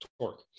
torque